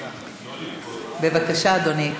בבקשה, אדוני.